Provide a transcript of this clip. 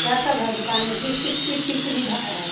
क्या सब है दुकान में किस किस चीज़ की सुविधा है